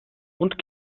und